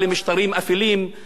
מתאימה לדיקטטורים,